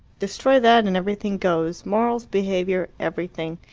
destroy that and everything goes morals, behaviour, everything.